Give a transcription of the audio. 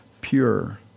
pure